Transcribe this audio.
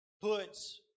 puts